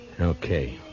Okay